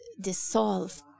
dissolve